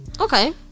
okay